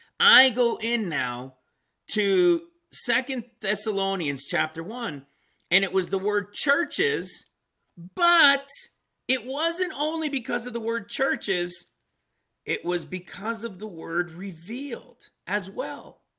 i go in now to second thessalonians chapter one and it was the word churches but it wasn't only because of the word churches it was because of the word revealed as well